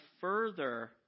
further